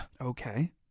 Okay